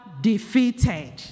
defeated